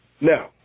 Now